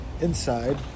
Inside